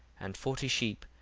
and forty sheep,